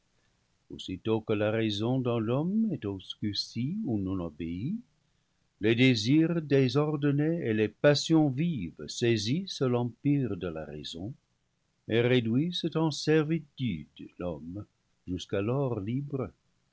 aussitôt que la raison dans l'homme est obscurcie ou non obéie les désirs désor donnés et les passions vives saisissent l'empire de la raison et réduisent en servitude l'homme jusqu'alors libre